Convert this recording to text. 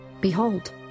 Behold